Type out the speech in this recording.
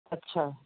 ਅੱਛਾ